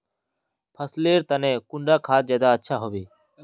फसल लेर तने कुंडा खाद ज्यादा अच्छा हेवै?